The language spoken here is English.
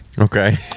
Okay